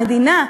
המדינה,